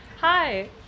Hi